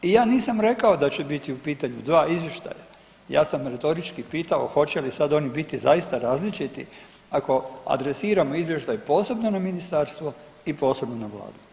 I ja nisam rekao da će biti u pitanju dva izvještaja, ja sam retorički pitao hoće li sad oni biti zaista različiti ako adresiramo izvještaj posebno na ministarstvo i posebno na Vladu.